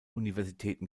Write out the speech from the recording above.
universitäten